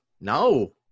No